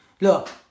look